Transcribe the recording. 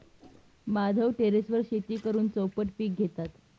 माधव टेरेसवर शेती करून चौपट पीक घेतात